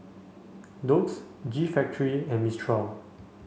Doux G Factory and Mistral